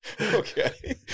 okay